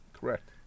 Correct